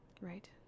right